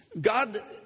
God